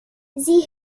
sie